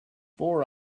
four